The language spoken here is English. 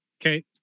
Okay